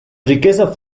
riqueza